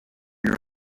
your